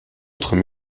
autres